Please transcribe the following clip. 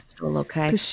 Okay